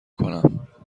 کنم